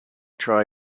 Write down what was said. try